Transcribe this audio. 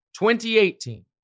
2018